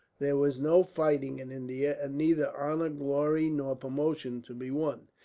there was no fighting in india, and neither honor, glory, nor promotion to be won.